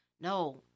no